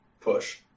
Push